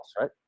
right